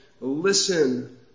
Listen